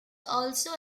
also